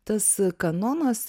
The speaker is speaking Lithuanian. tas kanonas